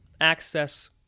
access